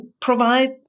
provide